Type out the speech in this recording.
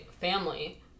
family